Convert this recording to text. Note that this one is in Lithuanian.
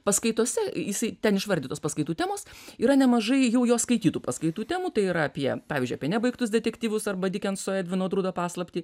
paskaitose jisai ten išvardytos paskaitų temos yra nemažai jau jo skaitytų paskaitų temų tai yra apie pavyzdžiui apie nebaigtus detektyvus arba dikenso edvino drudo paslaptį